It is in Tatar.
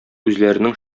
үзләренең